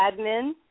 admin